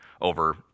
over